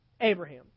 Abraham